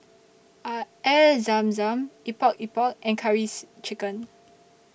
Are Air Zam Zam Epok Epok and Curries Chicken